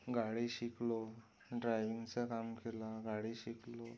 गाडी शिकलो ड्रायव्हिंगचं काम केलं गाडी शिकलो